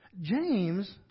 James